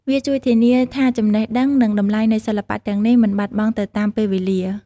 វាជួយធានាថាចំណេះដឹង និងតម្លៃនៃសិល្បៈទាំងនេះមិនបាត់បង់ទៅតាមពេលវេលា។